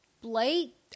Blake